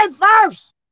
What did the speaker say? first